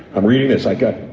i'm reading this. i got.